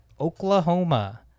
oklahoma